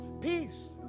peace